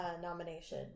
nomination